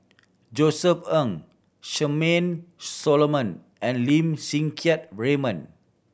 Josef Ng Charmaine Solomon and Lim Siang Keat Raymond